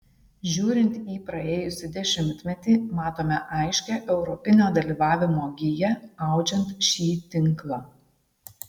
žiūrint į praėjusį dešimtmetį matome aiškią europinio dalyvavimo giją audžiant šį tinklą